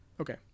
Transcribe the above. Okay